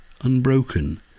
unbroken